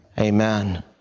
Amen